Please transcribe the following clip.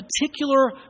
particular